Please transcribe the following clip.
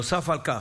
נוסף על כך,